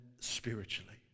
spiritually